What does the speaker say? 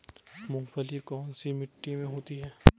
मूंगफली कौन सी मिट्टी में होती है?